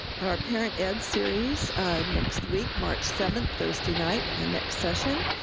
our parent ed series next week march seventh, thursday night our next session.